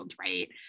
right